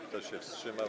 Kto się wstrzymał?